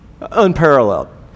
Unparalleled